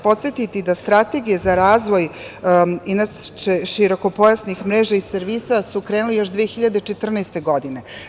Podsetiću vas da strategije za razvoj širokopojasnih mreža i servisa su krenuli još 2014. godine.